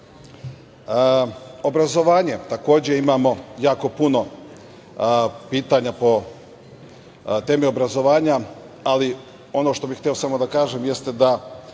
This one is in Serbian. mere. Obrazovanje, takođe imamo jako puno pitanja po temi obrazovanja, ali ono što bih hteo samo da kažem jeste da